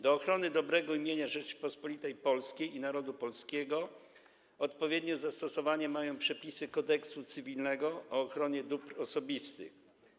Do ochrony dobrego imienia Rzeczypospolitej Polskiej i narodu polskiego odpowiednio zastosowanie mają przepisy Kodeksu cywilnego o ochronie dóbr osobistych.